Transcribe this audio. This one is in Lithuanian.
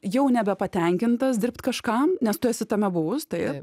jau nebepatenkintas dirbt kažkam nes tu esi tame buvus tai